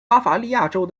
巴伐利亚州